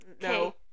No